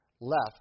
left